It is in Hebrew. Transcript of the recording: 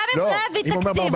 גם אם הוא לא יביא תקציב,